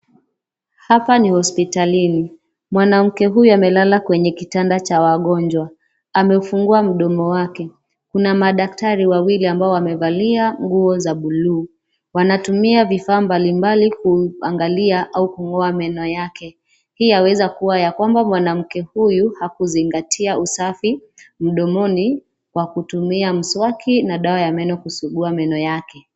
Hapa ni hospitalini, mwanamke huyu amelala kwenye kitanda cha wagonjwa. Amefungua mdomo wake. Kuna madaktari wawili ambao wamevalia nguo za buluu. Wanatumia vifaa mbalimbali kuangalia au kungoa meno yake. Hii yaweza kua ya kwamba mwanamke huyu hakuzingatia usafi mdomoni kwa kutumia mswaki na dawa ya meno kusugua meno yake .